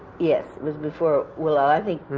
yes, it was before wilhela. i think